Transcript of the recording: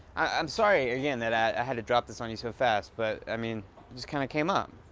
i'm sorry, again, that i had to drop this on you so fast, but, i mean, it just kind of came up.